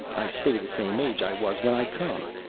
i stay the same age i was when i come.